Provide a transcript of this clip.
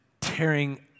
tearing